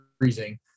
freezing